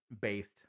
based